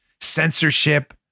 censorship